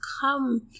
come